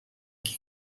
qui